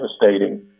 devastating